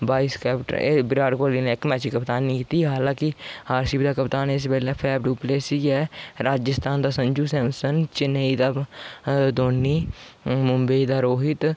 vice captain Virat Kohli नै इक मैचै च कप्तानी कीती ही हालांकि आरसीबी दा कप्तान इस बेल्लै फैफड़ुपलेसिज ऐ राजस्थान दा संजू सैमसन चन्नेई दा धोनी मुम्बई दा रोहित